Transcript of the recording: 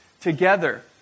together